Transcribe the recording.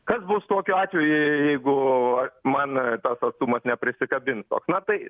kas bus tokiu atveju jeigu man tas atstumas neprisikabins toks na tai